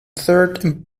third